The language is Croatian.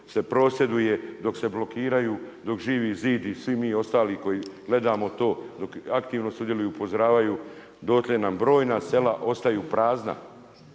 se prosvjeduje, dok se blokiraju, dok Živi zid i svi ostali koji gledamo to dok aktivno sudjeluju, upozoravaju, dotle nam brojna sela ostaju prazna.